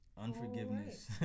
unforgiveness